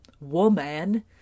woman